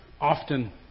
often